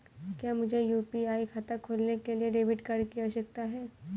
क्या मुझे यू.पी.आई खाता खोलने के लिए डेबिट कार्ड की आवश्यकता है?